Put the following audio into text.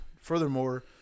Furthermore